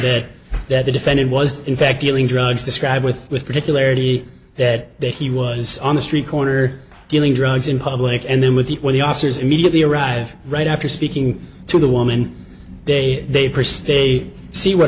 that that the defendant was in fact dealing drugs described with with particularly that they he was on the street corner dealing drugs in public and then with the when the officers immediately arrive right after speaking to the woman they they persist they see what